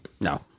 No